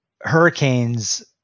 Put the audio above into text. hurricanes